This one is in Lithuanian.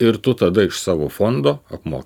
ir tu tada iš savo fondo apmoki